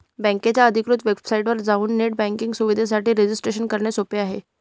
बकेच्या अधिकृत वेबसाइटवर जाऊन नेट बँकिंग सुविधेसाठी रजिस्ट्रेशन करणे सोपे आहे